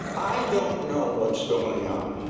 i don't know what's going on.